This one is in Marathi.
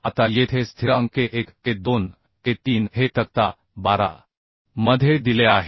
आता येथे स्थिरांक K1 K2 K3 हे तक्ता 12 मध्ये दिले आहेत